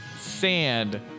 sand